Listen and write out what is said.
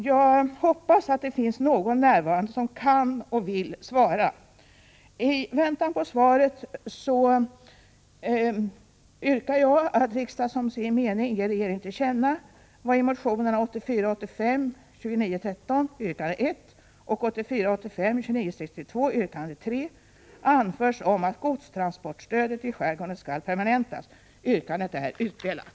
Jag hoppas att det finns någon närvarande som kan och vill svara. I väntan på svaret yrkar jag: